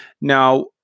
Now